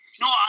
No